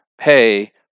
Pay